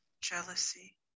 Jealousy